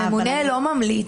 הממונה לא ממליץ.